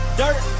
dirt